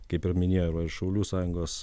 kaip ir minėjo ir va ir šaulių sąjungos